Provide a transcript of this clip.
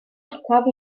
ataf